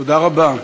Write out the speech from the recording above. תודה רבה.